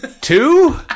two